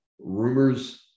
Rumors